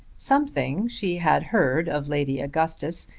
something she had heard of lady augustus,